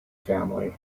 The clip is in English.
family